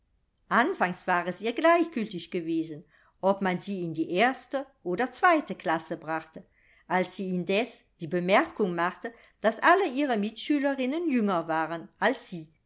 anfangs war es ihr gleichgültig gewesen ob man sie in die erste oder zweite klasse brachte als sie indes die bemerkung machte daß alle ihre mitschülerinnen jünger waren als sie